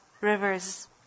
rivers